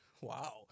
Wow